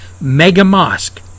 mega-mosque